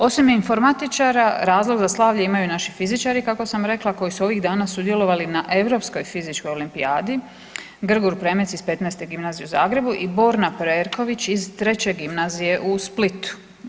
Osim informatičara razlog za slavlje imaju i naši fizičari kako sam rekla koji su ovih dana sudjelovali na Europskoj fizičkoj olimpijadi, Grgur Premec iz XV. gimnazije u Zagrebu i Borna Perković iz III. gimnazije u Splitu.